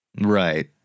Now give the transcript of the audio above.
Right